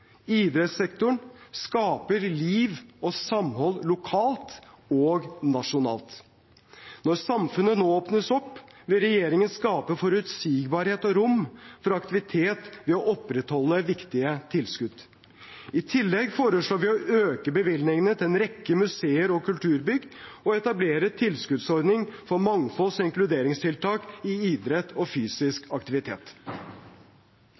idrettssektoren skaper liv og samhold lokalt og nasjonalt. Når samfunnet nå åpnes, vil regjeringen skape forutsigbarhet og rom for aktivitet ved å opprettholde viktige tilskudd. I tillegg foreslår vi å øke bevilgningene til en rekke museer og kulturbygg og å etablere en tilskuddsordning for mangfolds- og inkluderingstiltak i idrett og